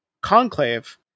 conclave